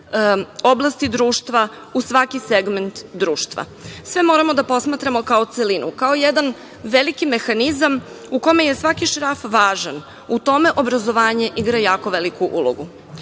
oblasti društva, u svaki segment društva. Sve moramo da posmatramo kao celinu, kao jedan veliki mehanizam u kome je svaki šraf važan, u tome obrazovanje igra jako veliku